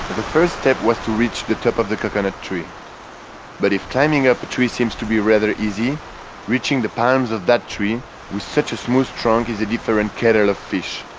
the first step was to reach the top of the coconut tree but if climbing up the tree seems to be rather easy reaching the palms of that tree with such a smooth trunk is a different kettle of fish.